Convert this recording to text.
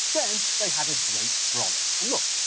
then, they had a great frolic. and look,